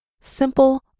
simple